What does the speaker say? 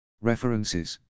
References